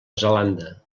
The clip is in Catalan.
zelanda